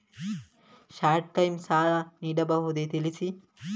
Short time ಸಾಲ ನೀಡಬಹುದೇ ತಿಳಿಸಿ?